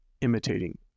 imitating